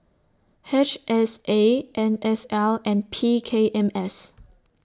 H S A N S L and P K M S